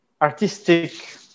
artistic